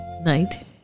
night